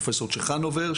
פרופ' צ'חנובר,